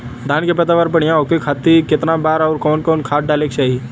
धान के पैदावार बढ़िया होखे खाती कितना बार अउर कवन कवन खाद डाले के चाही?